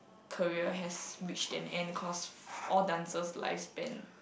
career has reached an end cost for all dancers' life span